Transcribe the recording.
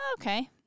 Okay